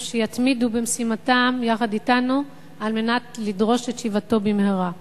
שיתמידו במשימתם יחד אתנו על מנת לדרוש את שיבתו במהרה.